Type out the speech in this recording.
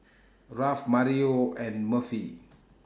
Ralph Mario and Murphy